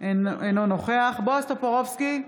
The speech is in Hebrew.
אינו נוכח בועז טופורובסקי,